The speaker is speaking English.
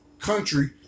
country